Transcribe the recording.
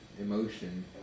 Emotion